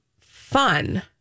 fun